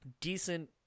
decent